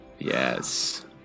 Yes